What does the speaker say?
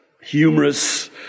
humorous